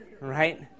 right